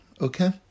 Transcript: okay